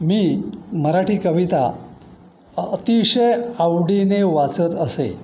मी मराठी कविता अतिशय आवडीने वाचत असे